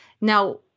Now